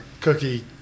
Cookie